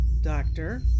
Doctor